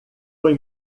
foi